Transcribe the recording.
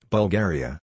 Bulgaria